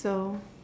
so